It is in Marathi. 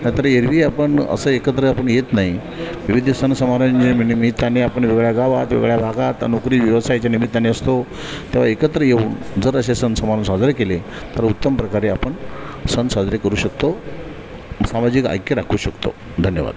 नाहीतरी एरवी आपण असे एकत्र आपण येत नाही विविध सण समारंभ जे मी निमित्ताने आपण वेगवेगळ्या गावात वेगवेगळ्या भागात नोकरी व्यवसायाच्या निमित्ताने असतो तेव्हा एकत्र येऊन जर असे सण समारंभ साजरे केले तर उत्तम प्रकारे आपण सण साजरे करू शकतो सामाजिक ऐक्य राखू शकतो धन्यवाद